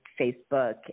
Facebook